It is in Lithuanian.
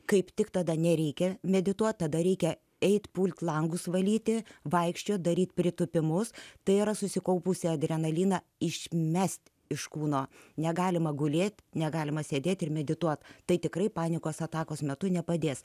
kaip tik tada nereikia medituoti tada reikia eiti pulti langus valyti vaikščiojo daryti pritūpimus tai yra susikaupusį adrenaliną išmesti iš kūno negalima gulėti negalima sėdėti ir medituoti tai tikrai panikos atakos metu nepadės